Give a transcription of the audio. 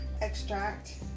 extract